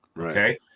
Okay